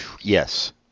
yes